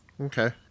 okay